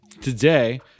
Today